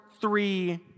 three